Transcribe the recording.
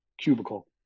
cubicle